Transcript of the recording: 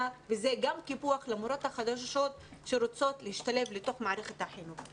וגם זה קיפוח למורות החדשות שרוצות להשתלב בתוך מערכת החינוך.